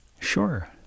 Sure